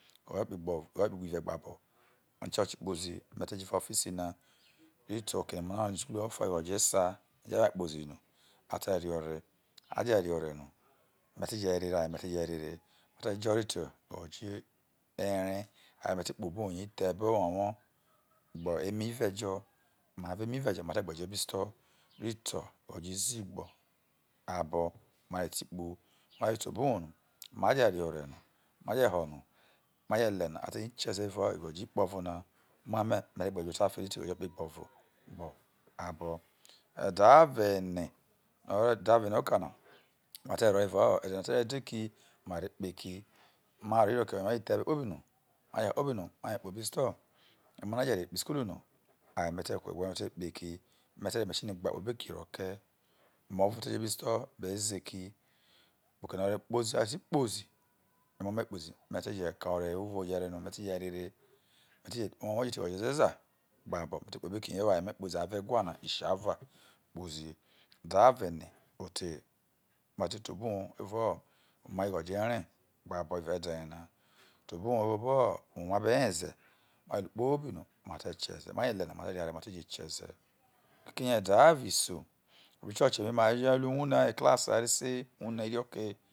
Igho̱jo̱ ikpegbo̱vo̱, igho̱jo̱ kpegbive̱ gbabo̱ ma noicho̱che kpozi me̱ te̱ jo̱ ofe̱ ofia na rite oke no̱ emo̱ na isukulu raure̱ ro̱fa igho̱jo̱ esa nyei wo ae kpozi no a te re ove aje̱ re ore no me̱ teje̱re rai me̱te̱ je̱rere ma te̱jo̱ rite igho̱jo̱ eree aye me̱ reti kpobo uwou nya the e̱be̱ owo̱wo̱ gbe emo̱ ive̱ jo̱i me̱ avo̱ emo̱ ive̱ jo̱ ma te gbeyo̱ obo̱ isto̱ ritr igho̱jo̱ izii gbo̱ abo̱ mate tu kpo ma je te obo̱ owou nomaje̱ re ove no, ma je̱ ho̱ no ma je̱ le̱ no are̱ nyei ke e̱ze̱ me̱ omame̱ me̱re̱ gbe jo̱ otafe rite igho̱jo̱ ikpegbo̱vo̱ gbe abo̱ e̱de̱ avo ene, no̱ o̱rro̱ e̱de̱ avo̱ ene oka na mate̱ vro̱ evao, e̱de̱ yena te̱ rro edeki, ma re kpoho̱ ejo ma je̱ reore iriọke o jẹ the e̱be̱ kpobi no ma jeru oware kpobi no ma re kpobo̱ isto̱ emo̱na je̱ re kpoho̱ isukulu no, aye me̱ te kwa egwa rie̱ ote kpoho̱ eki me̱ te̱ ro̱ machine ro̱ dhe̱ egwa rie kpobo eki ro̱koime o̱vo̱ te̱ vro̱ obo̱ isto̱ beze̱ eki boo oke no̱ a tu kpozi a je ti kpozi, emo̱ me̱ je̱ kpozi me̱ re̱ te kai ore uvo re nome̱ te̱je̱rerema ti je oke je te ugho̱jo̱ ezeza gbabo̱ mete kpobo eki nyaiwo̱ ayeme̱ kpozi ava̱ egwana isiava kpozi e̱de̱ avo̱ ene ote ma te te obo̱ uwov evao oma igho̱jo̱ eree gbabo̱ evao e̱de̱ yena. Te obo̱ uwoh mai no, ma be weze̱ mai kpobi na ma te kie̱ze̱ maje̱re no je̱ le̱ no mai kpobi ma re kie̱ze̱ e̱de̱avo̱ isoi obo̱ icho̱che̱ mai ma re ro ru ewuhre̱ class a re sei ewuhre irio̱ke.